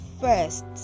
first